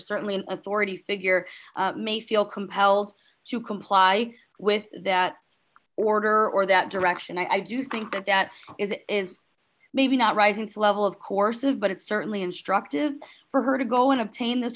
certainly an authority figure may feel compelled to comply with that order or that direction i do think that that is maybe not risings level of course is but it's certainly instructive for her to go and obtain this